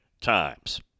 times